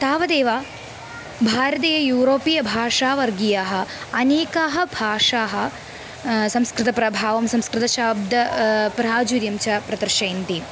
तावदेव भारते यूरोपियभाषावर्गीयाः अनेकाः भाषाः संस्कृतप्रभावं संस्कृते शाद प्राचुर्यं च प्रदर्शयन्ति